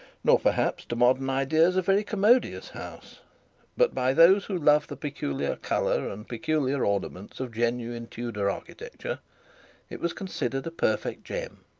nor perhaps to modern ideas a very commodious house but by those who love the peculiar colour and peculiar ornaments of genuine tudor architecture it was considered a perfect gem.